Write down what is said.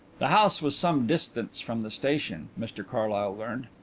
the house was some distance from the station, mr carlyle learned.